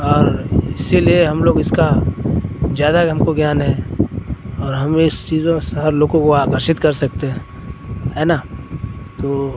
और इसीलिए हम लोग इसका ज़्यादा हमको ज्ञान है और हमें इस चीज़ों सा हम लोगों को वह आकर्षित कर सकते हैं हैं ना तो